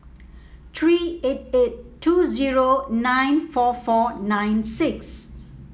three eight eight two zero nine four four nine six